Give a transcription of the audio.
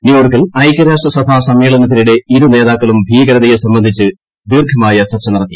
ന്യൂയോർക്കിൽ ഐകൃരാഷ്ട്രസഭ സമ്മേളനത്തിനിടെ ഇരുന്നേതാക്കളും ഭീകരതയെ സംബന്ധിച്ച് ദീർഘമായ ചർച്ച നടിത്തി